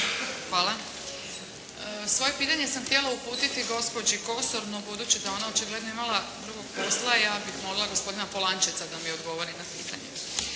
Hvala. Svoje pitanje sam htjela uputiti gospođi Kosor, no budući da je ona očigledno imala drugog posla ja bih molila gospodina Polančeca da mi odgovori na pitanje.